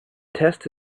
test